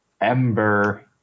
Ember